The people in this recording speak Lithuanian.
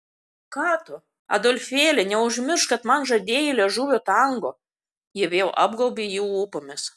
ką tu adolfėli neužmiršk kad man žadėjai liežuvio tango ji vėl apgaubė jį lūpomis